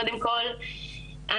קודם כל,